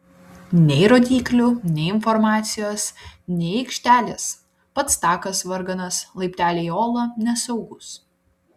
nei rodyklių nei informacijos nei aikštelės pats takas varganas laipteliai į olą nesaugūs